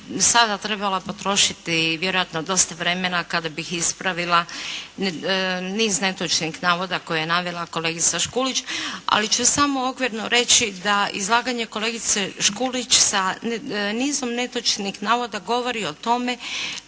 sada trebala potrošiti vjerojatno dosta vremena kada bih ispravila niz netočnih navoda koje je navela kolegica Škulić ali ću samo okvirno reći da izlaganje kolegice Škulić sa nizom netočnih navoda govori o tome